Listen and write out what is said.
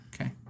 okay